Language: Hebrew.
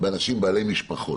באנשים בעלי משפחות.